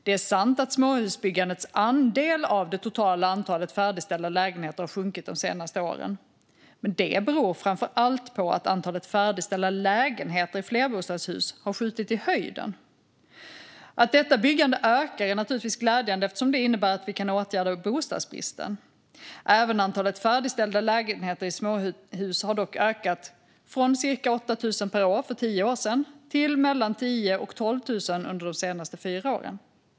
Det är sant att småhusbyggandets andel av det totala antalet färdigställda lägenheter har sjunkit de senaste åren, men det beror framför allt på att antalet färdigställda lägenheter i flerbostadshus har skjutit i höjden. Att detta byggande ökar är naturligtvis glädjande, eftersom det innebär att vi kan åtgärda bostadsbristen. Även antalet färdigställda lägenheter i småhus har dock ökat - från cirka 8 000 per år för tio år sedan till mellan 10 000 och 12 000 under de senaste fyra åren.